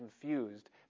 confused